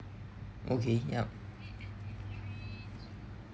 okay yup